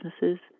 businesses